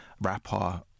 rapper